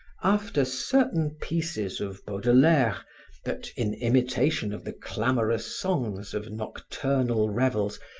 after certain pieces of baudelaire that, in imitation of the clamorous songs of nocturnal revels,